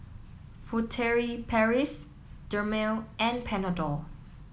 Furtere Paris Dermale and Panadol